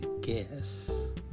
guess